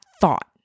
thought